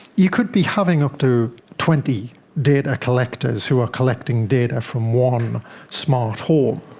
you could be having up to twenty data collectors who are collecting data from one smart home.